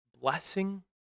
blessing